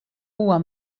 huwa